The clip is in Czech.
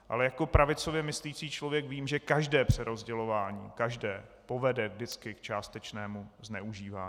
Ale jako pravicově myslící člověk vím, že každé přerozdělování, každé , povede vždycky k částečnému zneužívání.